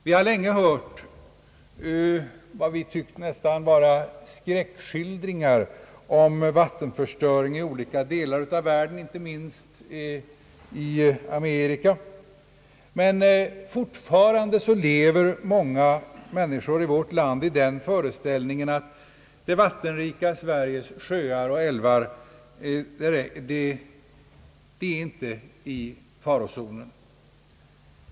Vi har länge hört, vad vi tycker nästan vara skräckskildringar, om vattenförstöring i olika delar av världen, inte minst i Amerika, men fortfarande lever många människor i vårt land i den föreställningen att det vattenrika Sveriges sjöar och älvar inte är i farozonen.